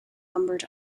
numbered